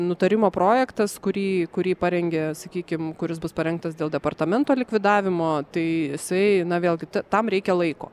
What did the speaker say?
nutarimo projektas kurį kurį parengė sakykim kuris bus parengtas dėl departamento likvidavimo tai suėjo vėlgi tam reikia laiko